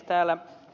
täällä ed